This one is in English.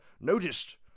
noticed